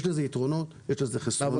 יש לזה יתרונות, יש לזה חסרונות.